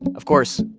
of course,